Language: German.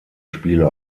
spieler